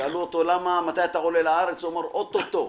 שאלו אותו: "מתי אתה עולה לארץ?" הוא אמר: "או-טו-טו,